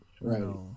right